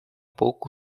pouco